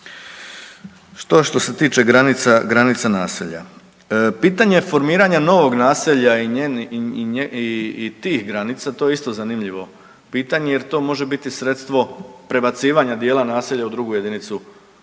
što se tiče granica, granica naselja. Pitanje formiranja novog naselja i tih granica, to je isto zanimljivo pitanje jer to može biti sredstvo prebacivanja dijela naselja u drugu JLS.